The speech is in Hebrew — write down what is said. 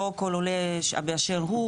לא כל עולה באשר הוא,